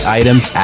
items